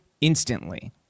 instantly